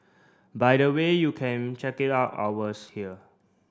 by the way you can check it out ours here